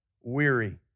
weary